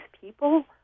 people